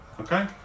okay